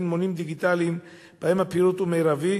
מונים דיגיטליים שבהם הפירוט הוא מרבי,